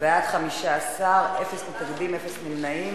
בעד, 15, אין מתנגדים, אין נמנעים.